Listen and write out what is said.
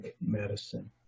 medicine